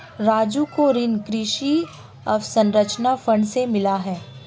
राजू को ऋण कृषि अवसंरचना फंड से मिला है